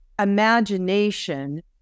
imagination